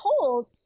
told